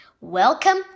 Welcome